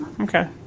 Okay